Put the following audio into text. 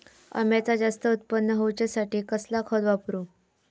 अम्याचा जास्त उत्पन्न होवचासाठी कसला खत वापरू?